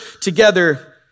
together